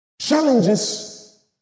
Challenges